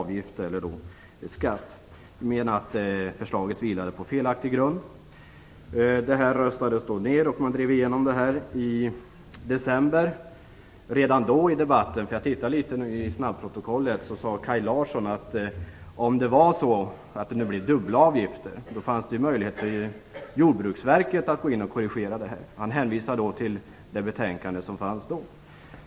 Vi menade att förslaget vilade på en felaktig grund. Vår motion röstades ned och avgiften drevs igenom i december. Jag har studerat snabbprotokollet och där sett att Kaj Larsson redan då sade, att om det skulle bli dubbla avgifter fanns det möjlighet för Jordbruksverket att korrigera detta. Han hänvisade till det betänkande som då förelåg.